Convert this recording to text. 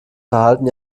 verhalten